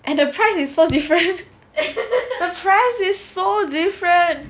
and the price is so different the price is so different